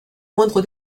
moindre